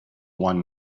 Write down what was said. one